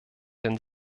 den